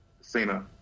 Cena